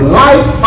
life